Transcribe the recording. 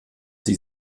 sie